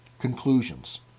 conclusions